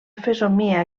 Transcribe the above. fesomia